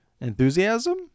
Enthusiasm